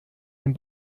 den